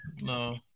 no